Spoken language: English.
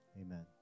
Amen